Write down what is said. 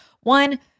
One